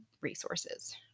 resources